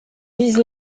visent